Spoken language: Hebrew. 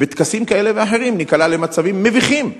שבטקסים כאלה ואחרים ניקלע למצבים מביכים.